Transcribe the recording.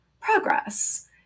progress